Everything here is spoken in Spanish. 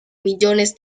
millones